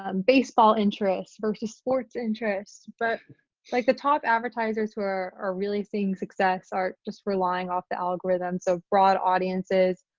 um baseball interests versus sports interests but like the top advertisers who are are really seeing success are just relying off the algorithm. so broad audiences,